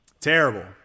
Terrible